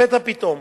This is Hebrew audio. לפתע פתאום,